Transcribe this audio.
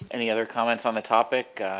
any other comments on the topic